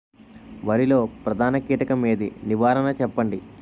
వరిలో ప్రధాన కీటకం ఏది? నివారణ చెప్పండి?